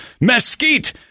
mesquite